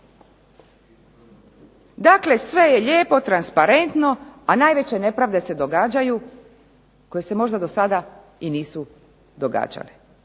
Dakle, sve je lijepo transparentno, a najveće nepravde se događaju koje se možda dosada i nisu događale.